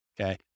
okay